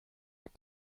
what